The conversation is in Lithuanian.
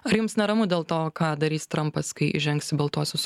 ar jums neramu dėl to ką darys trampas kai įžengs į baltuosius